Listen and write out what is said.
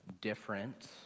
different